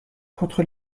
contre